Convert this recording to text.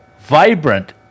vibrant